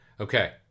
Okay